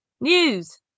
news